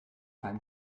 beim